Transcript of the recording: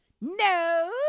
No